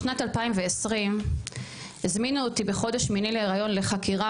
בשנת 2020 הזמינו אותי בחודש שמיני להיריון לחקירה